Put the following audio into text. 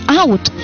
out